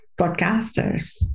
podcasters